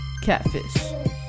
Catfish